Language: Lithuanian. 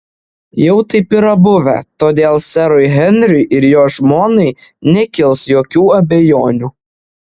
jau taip yra buvę todėl serui henriui ir jo žmonai nekils jokių abejonių